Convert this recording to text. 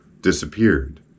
disappeared